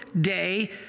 Day